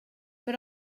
but